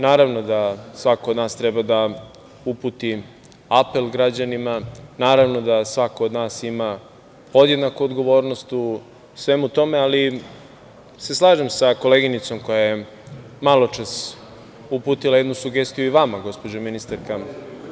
Naravno da svako od nas treba da uputi apel građanima, naravno da svako od nas ima podjednaku odgovornost u svemu tome, ali se slažem sa koleginicom koja je maločas uputila jednu sugestiju i vama, gospođo ministarka.